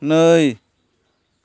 नै